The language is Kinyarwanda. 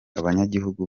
abanyagihugu